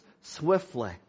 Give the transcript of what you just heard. swiftly